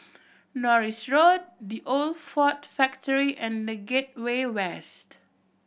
Norris Road The Old Ford Factory and The Gateway West